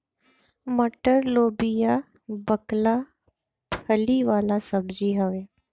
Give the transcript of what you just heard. मटर, लोबिया, बकला फली वाला सब्जी हवे